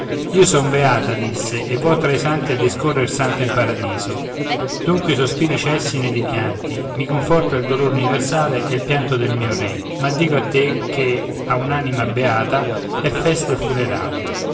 io son beata disse e vo tra i santi a discorrere santa in paradiso dunque i sospiri cessino ed i pianti i conforta il dolore universale e il pianto del mio re ma dico a te che a un'anima beata è festa il funerale